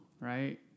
right